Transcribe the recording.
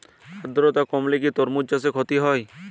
আদ্রর্তা কমলে কি তরমুজ চাষে ক্ষতি হয়?